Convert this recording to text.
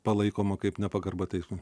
palaikoma kaip nepagarba teismui